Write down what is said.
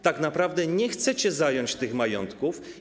Tak naprawdę nie chcecie zająć tych majątków.